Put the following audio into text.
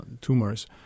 tumors